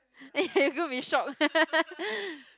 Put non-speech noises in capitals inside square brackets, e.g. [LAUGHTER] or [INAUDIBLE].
[LAUGHS] be shock [LAUGHS]